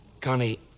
Connie